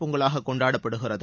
பொங்கலாக கொண்டாடப்படுகிறது